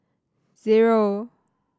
zero